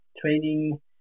training